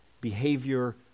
behavior